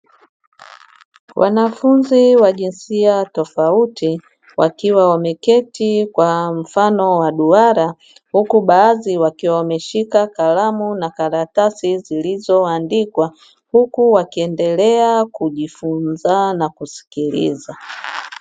Wanafunzi wa jinsia tofauti wakiwa wameketi, kwa mfano wa duara. Huku baadhi wakiwa wameshika kalamu na karatasi zilizoandikwa. Huku wakiendelea kujifunza na kusikiliza.